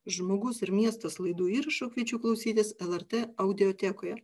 žmogus ir miestas laidų įrašų kviečiu klausytis lrt audiotekoje